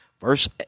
verse